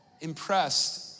impressed